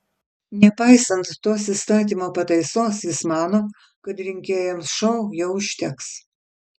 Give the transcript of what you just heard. nepaisant tos įstatymo pataisos jis mano kad rinkėjams šou jau užteks